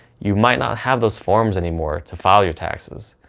you might not have those forms anymore to file your taxes.